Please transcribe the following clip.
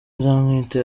nzamwita